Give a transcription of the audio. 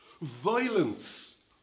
Violence